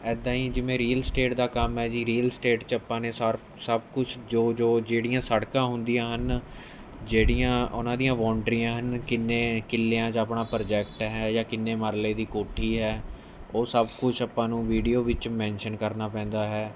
ਇੱਦਾਂ ਹੀ ਜਿਵੇਂ ਰੀਅਲ ਸਟੇਟ ਦਾ ਕੰਮ ਹੈ ਜੀ ਰੀਅਲ ਸਟੇਟ 'ਚ ਆਪਾਂ ਨੇ ਸਾਰਪ ਸਭ ਕੁਛ ਜੋ ਜੋ ਜਿਹੜੀਆਂ ਸੜਕਾਂ ਹੁੰਦੀਆਂ ਹਨ ਜਿਹੜੀਆਂ ਉਹਨਾਂ ਦੀਆਂ ਬੋਂਡਰੀਆਂ ਹਨ ਕਿੰਨੇ ਕਿਲਿਆਂ 'ਚ ਆਪਣਾ ਪ੍ਰੋਜੈਕਟ ਹੈ ਜਾਂ ਕਿੰਨੇ ਮਰਲੇ ਦੀ ਕੋਠੀ ਹੈ ਉਹ ਸਭ ਕੁਛ ਆਪਾਂ ਨੂੰ ਵੀਡੀਓ ਵਿੱਚ ਮੈਨਸ਼ਨ ਕਰਨਾ ਪੈਂਦਾ ਹੈ